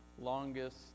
longest